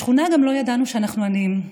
בשכונה גם לא ידענו שאנחנו עניים,